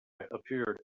appeared